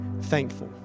thankful